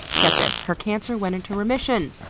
get this her cancer went into remission!